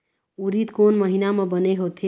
उरीद कोन महीना म बने होथे?